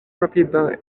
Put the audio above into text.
rapida